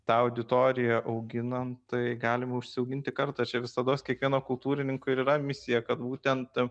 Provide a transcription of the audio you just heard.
tą auditoriją auginant tai galima užsiauginti kartą čia visados kiekvieno kultūrininko ir yra misija kad būtent